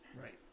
Right